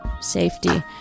safety